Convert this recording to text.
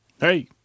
Hey